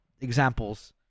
examples